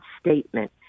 statement